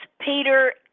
Peter